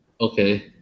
okay